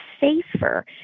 safer